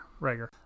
Rager